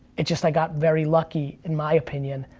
it just, i got very lucky, in my opinion,